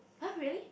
!huh! really